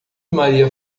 maria